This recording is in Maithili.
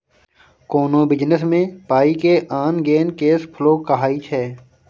कोनो बिजनेस मे पाइ के आन गेन केस फ्लो कहाइ छै